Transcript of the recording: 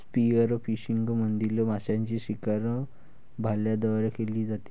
spearfishing मधील माशांची शिकार भाल्यांद्वारे केली जाते